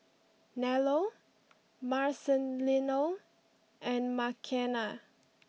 Nello Marcelino and Makena